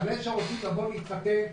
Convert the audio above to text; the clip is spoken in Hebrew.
על אלה שרוצים להתחתן,